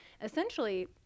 essentially